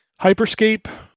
Hyperscape